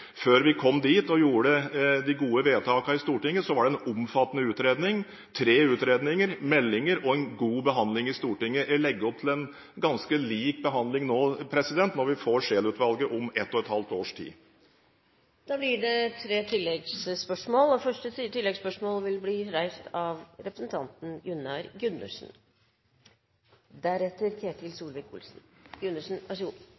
Før vi kom dit og gjorde de gode vedtakene i Stortinget, var det en omfattende utredning: tre utredninger, meldinger og en god behandling i Stortinget. Jeg legger opp til en ganske lik behandling nå, når vi får Scheel-utvalgets rapport om ett og et halvt års tid. Det blir tre oppfølgingsspørsmål – først Gunnar Gundersen. Jeg må nesten si: